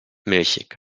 milchig